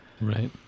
right